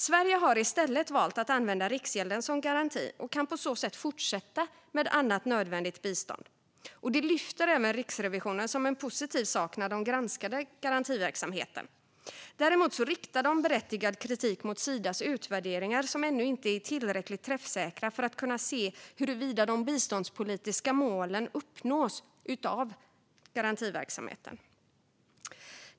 Sverige har i stället valt att använda Riksgälden när det gäller garantier och kan på så sätt fortsätta med annat nödvändigt bistånd. Det lyfter även Riksrevisionen upp som en positiv sak när de har granskat garantiverksamheten. Däremot riktar de berättigad kritik mot Sidas utvärderingar, som ännu inte är tillräckligt träffsäkra för att man ska kunna se huruvida de biståndspolitiska målen uppnås av garantiverksamheten.